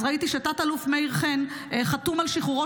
אז ראיתי שתת-אלוף מאיר חן חתום על שחרורו